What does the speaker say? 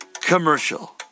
commercial